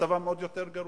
מצבן עוד יותר גרוע.